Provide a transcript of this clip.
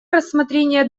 рассмотрения